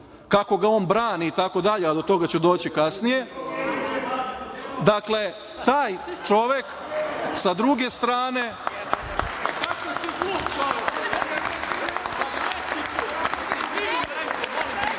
kako ga on brani itd, a do toga ću doći kasnije, dakle, taj čovek sa druge strane